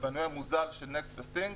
למנוי המוזל של נקסט וסטינג,